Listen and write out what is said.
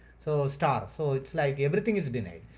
so start. so it's like, everything is denied,